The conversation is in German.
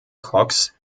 cox